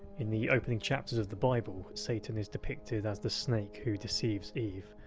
in the opening chapters of the bible, satan is depicted as the snake who deceives eve,